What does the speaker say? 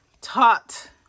taught